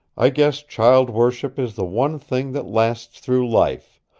i guess child worship is the one thing that lasts through life,